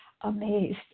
amazed